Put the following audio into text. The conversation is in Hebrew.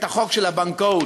את החוק של הבנקאות.